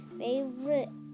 favorite